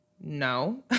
No